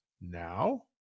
now